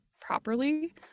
properly